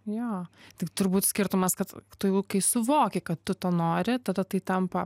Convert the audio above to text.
jo tik turbūt skirtumas kad tu jau kai suvoki kad tu to nori tada tai tampa